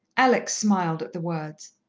alex smiled at the words.